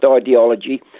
ideology